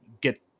get